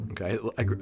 Okay